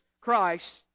christ